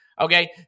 Okay